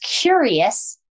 curious